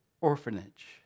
orphanage